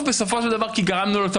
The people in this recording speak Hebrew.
בסופו של דבר זה טוב כי גרמנו לו והוא